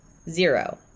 Zero